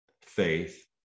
faith